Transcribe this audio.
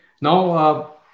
Now